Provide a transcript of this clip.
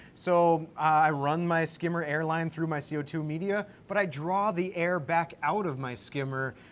so i run my skimmer air line through my c o two media, but i draw the air back out of my skimmer,